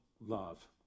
love